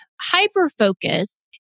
Hyper-focus